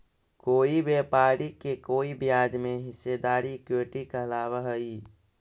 कोई व्यापारी के कोई ब्याज में हिस्सेदारी इक्विटी कहलाव हई